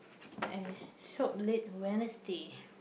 eh shop late Wednesday